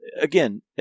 Again